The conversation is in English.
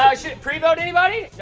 should prevote, anybody?